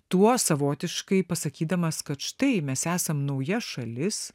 tuo savotiškai pasakydamas kad štai mes esam nauja šalis